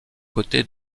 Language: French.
côtés